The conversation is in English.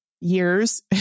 years